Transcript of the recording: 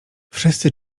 wszyscy